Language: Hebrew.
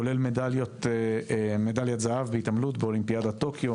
כולל מדליית זהב בהתעמלות באולימפיאדת טוקיו